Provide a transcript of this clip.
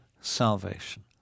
salvation